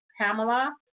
Pamela